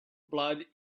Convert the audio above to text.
blood